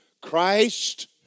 Christ